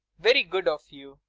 very good of you.